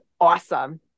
awesome